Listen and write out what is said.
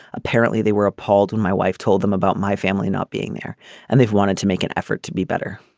apparently they were appalled when my wife told them about my family not being there and they've wanted to make an effort to be better.